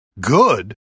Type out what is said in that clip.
Good